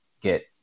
get